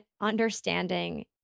understanding